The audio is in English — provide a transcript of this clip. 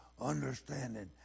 understanding